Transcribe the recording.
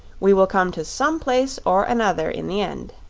we will come to some place or another in the end.